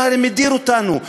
אתה הרי מדיר אותנו,